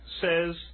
says